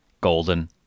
golden